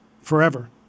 forever